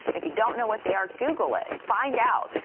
if you don't know what they are google it, find out.